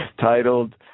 Titled